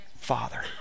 father